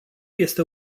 este